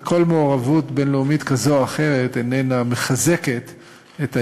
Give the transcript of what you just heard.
וכל מעורבות בין-לאומית כזאת או אחרת איננה מחזקת את האמון,